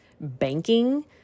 banking